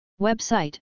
Website